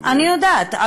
אני יודעת,